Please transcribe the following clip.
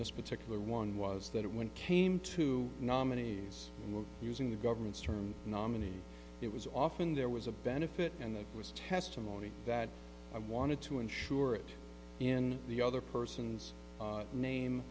this particular one was that when it came to nominees using the government's term nominee it was often there was a benefit and there was testimony that i wanted to ensure it in the other person's name